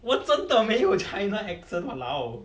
我真的没有 china accent !walao!